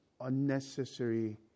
unnecessary